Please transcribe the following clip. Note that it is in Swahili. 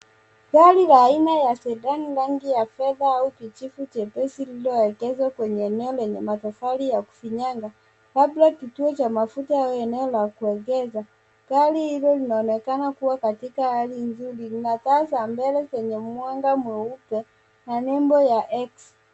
Gari la aina ya cedan rangi ya fedha au kijivu nyepesi lililoegeshwa kwenye eneo lenye matofali ya kufinyanga labda kituo cha mafuta au eneo la kuegeza. Gari hilo linaonekana kuwa katika hali nzuri. Lina taa za mbele zenye mwanga mweupe na nembo ya X.